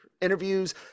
interviews